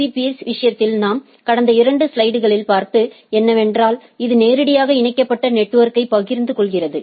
பீ peers விஷயத்தில் நாம் கடந்த இரண்டு ஸ்லைடுகளில் பார்த்தது என்னவென்றால் இது நேரடியாக இணைக்கப்பட்ட நெட்வொர்க்கை பகிர்ந்து கொள்கிறது